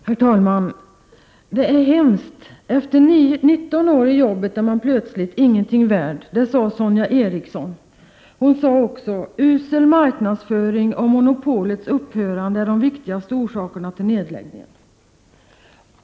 Herr talman! ”Det är hemskt. Efter 19 år i jobbet är man plötsligt ingenting värd.” Detta sade Sonja Eriksson. Hon sade också att usel marknadsföring och monopolets upphörande är de viktigaste orsakerna till nedläggningen.